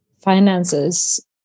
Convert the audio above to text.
finances